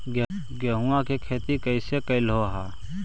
गेहूआ के खेती कैसे कैलहो हे?